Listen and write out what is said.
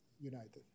United